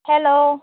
hello